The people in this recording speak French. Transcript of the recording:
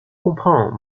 comprends